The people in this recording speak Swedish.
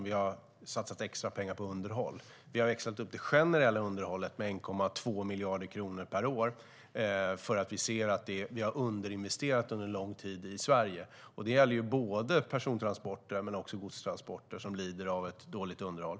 Vi har satsat extra pengar på underhåll. Vi har växlat upp det generella underhållet med 1,2 miljarder kronor per år för att vi ser att vi har underinvesterat under lång tid i Sverige. Det gäller både persontransporter och godstransporter, som lider av dåligt underhåll.